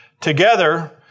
Together